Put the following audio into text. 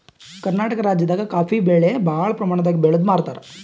ಕರ್ನಾಟಕ್ ರಾಜ್ಯದಾಗ ಕಾಫೀ ಬೆಳಿ ಭಾಳ್ ಪ್ರಮಾಣದಾಗ್ ಬೆಳ್ದ್ ಮಾರ್ತಾರ್